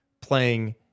playing